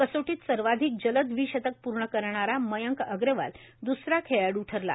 कसोटीत सर्वाधिक जलद द्विशतक पूर्ण करणारा मयंक अग्रवाल दूसरा खेळाडू ठरला